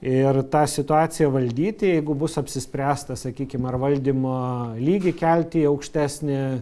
ir tą situaciją valdyti jeigu bus apsispręsta sakykim ar valdymo lygį kelti į aukštesnį